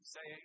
Say